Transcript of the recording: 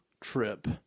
trip